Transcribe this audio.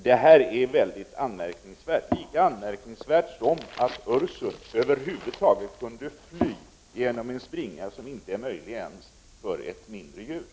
Detta uttalande är mycket anmärkningsvärt, lika anmärkningsvärt som att Ioan Ursut över huvud taget kunde fly genom en springa som inte är möjlig att ta sig igenom ens för ett mindre djur.